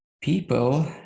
people